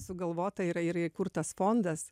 sugalvota yra ir įkurtas fondas